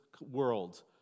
world